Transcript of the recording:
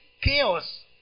chaos